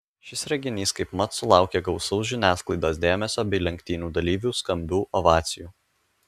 šis reginys kaipmat sulaukė gausaus žiniasklaidos dėmesio bei lenktynių dalyvių skambių ovacijų